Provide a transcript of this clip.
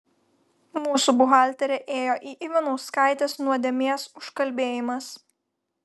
mūsų buhalterė ėjo į ivanauskaitės nuodėmės užkalbėjimas